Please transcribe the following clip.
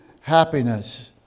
happiness